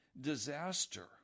disaster